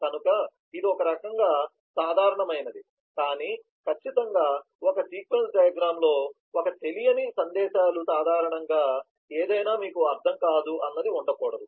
కనుక ఇది ఒక రకంగా సాధారణమైనది కానీ ఖచ్చితంగా ఒక సీక్వెన్స్ డయాగ్రమ్ లో ఒక తెలియని సందేశాలు సాధారణంగా ఏదైనా మీకు అర్థం కాదు అన్నది ఉండకూడదు